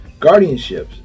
Guardianships